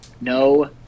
no